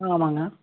ஆமாங்க